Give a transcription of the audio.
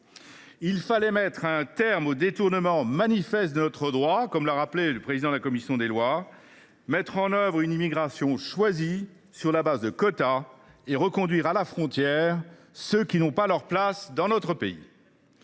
Il fallait mettre un terme aux détournements manifestes de notre droit, comme l’a rappelé le président de la commission des lois, mettre en œuvre une immigration choisie, sur la base de quotas, et reconduire à la frontière ceux qui n’ont pas leur place dans notre pays.